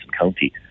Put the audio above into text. County